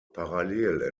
parallel